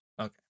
Okay